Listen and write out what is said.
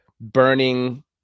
burning